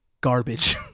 garbage